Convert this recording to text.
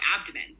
abdomen